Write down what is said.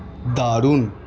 দারুণ